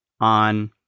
on